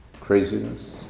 craziness